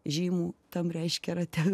žymų tam reiškia rate